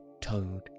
Toad